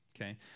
okay